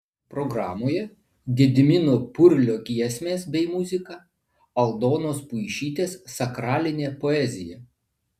programoje gedimino purlio giesmės bei muzika aldonos puišytės sakralinė poezija